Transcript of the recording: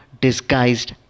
disguised